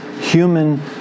human